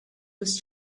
was